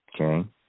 Okay